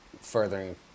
furthering